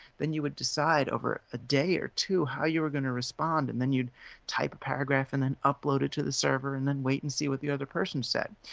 then you would decide over it a day or two how you were going to respond, and then you'd type a paragraph and then upload to the server and then wait and see what the other person said.